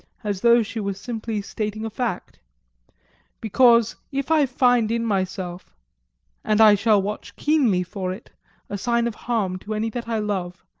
as though she were simply stating a fact because if i find in myself and i shall watch keenly for it a sign of harm to any that i love,